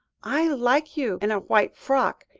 i like you in a white frock,